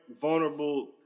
vulnerable